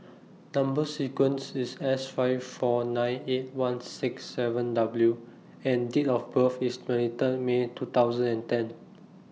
Number sequence IS S five four nine eight one six seven W and Date of birth IS twenty Third May two thousand and ten